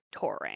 touring